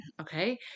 okay